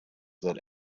that